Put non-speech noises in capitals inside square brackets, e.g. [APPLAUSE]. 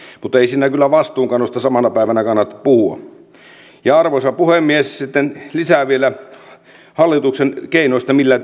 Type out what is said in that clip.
mutta ei siinä kyllä vastuunkannosta samana päivänä kannata puhua arvoisa puhemies sitten vielä lisää hallituksen keinoista millä [UNINTELLIGIBLE]